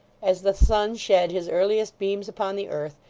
as the sun shed his earliest beams upon the earth,